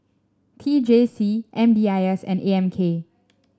T J C M D I S and A M K